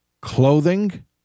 clothing